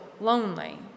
lonely